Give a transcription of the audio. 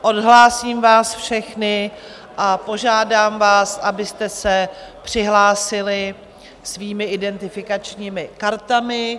Odhlásím vás všechny a požádám vás, abyste se přihlásili svými identifikačními kartami.